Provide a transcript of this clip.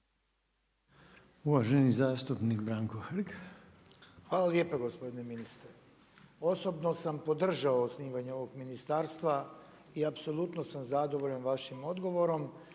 Uvaženi zastupnik Branko Hrg. **Hrg, Branko (HDS)** Hvala lijepa gospodine ministre. Osobno sam podržao osnivanje ovog ministarstva i apsolutno sam zadovoljan vašim odgovorom.